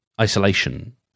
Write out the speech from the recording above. isolation